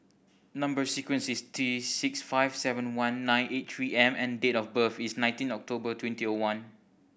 number sequence is T six five seven one nine eight Three M and date of birth is nineteen October twenty O one